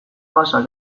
gasak